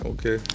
Okay